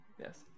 Yes